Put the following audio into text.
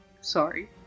Sorry